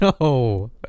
No